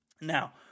Now